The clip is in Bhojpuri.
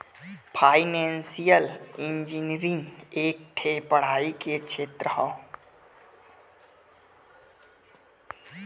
फाइनेंसिअल इंजीनीअरींग एक ठे पढ़ाई के क्षेत्र हौ